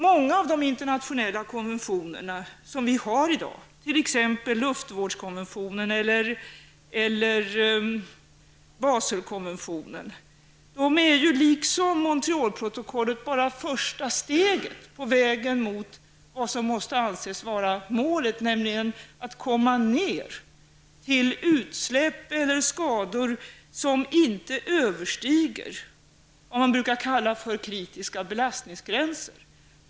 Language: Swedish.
Många av de internationella konventioner som vi i dag har, t.ex. luftvårdskonventionen eller Baselkonventionen, är ju liksom Montrealprotokollet bara det första steget på vägen mot vad som måste anses vara målet, nämligen att komma ned till utsläpp eller skador som inte överstiger den s.k. kritiska belastningsgränsen.